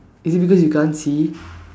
is it because you can't see